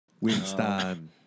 Winston